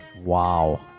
Wow